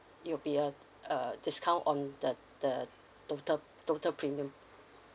it'll be a err discount on the the total total premium